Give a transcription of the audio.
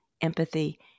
empathy